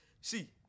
See